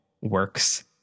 works